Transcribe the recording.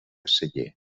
celler